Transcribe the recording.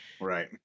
right